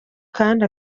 kandi